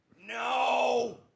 No